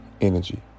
energy